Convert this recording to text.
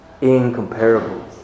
incomparable